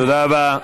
תודה רבה.